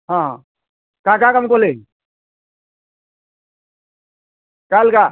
ହଁ କାଁ କାଁ କାମ୍ କଲେ କାଲ୍କା